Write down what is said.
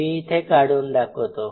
मी इथे काढून दाखवतो